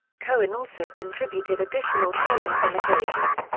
cohen also contributed additional columns on occasion.